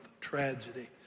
Tragedy